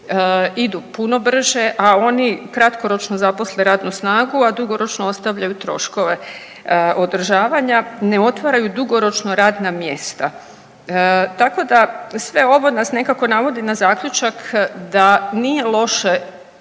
idu puno brže, a oni kratkoročno zaposle radnu snagu, a dugoročno ostavljaju troškove održavanja. Ne otvaraju dugoročno radna mjesta. Tako da sve ovo nas nekako navodi na zaključak da nije loše povećati